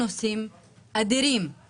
מיליארדים על מיליארדים על מיליארדים.